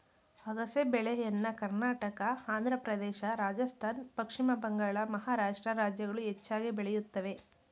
ಅಗಸೆ ಬೆಳೆಯನ್ನ ಕರ್ನಾಟಕ, ಆಂಧ್ರಪ್ರದೇಶ, ರಾಜಸ್ಥಾನ್, ಪಶ್ಚಿಮ ಬಂಗಾಳ, ಮಹಾರಾಷ್ಟ್ರ ರಾಜ್ಯಗಳು ಹೆಚ್ಚಾಗಿ ಬೆಳೆಯುತ್ತವೆ